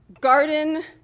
garden